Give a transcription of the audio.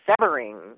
severing